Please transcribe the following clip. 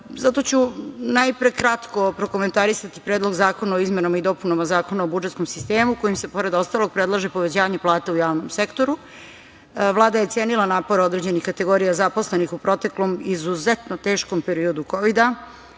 ću najpre kratko prokomentarisati Predlog zakona o izmenama i dopunama Zakona o budžetskom sistemu kojim se, pored ostalog, predlaže povećanje plata u javnom sektoru. Vlada je cenila napore određenih kategorija zaposlenih u proteklom izuzetno teškom periodu kovida